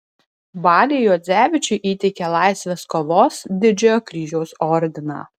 baliui juodzevičiui įteikė laisvės kovos didžiojo kryžiaus ordiną